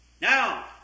Now